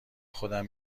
خودم